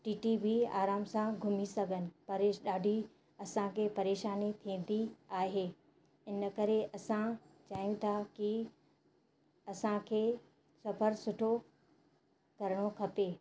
TT बि आराम सां घुमी सघनि परेश ॾाढी असांखे परेशानी थींदी आहे इन करे असां चाहियूं था की असांखे सफ़रु सुठो करिणो खपे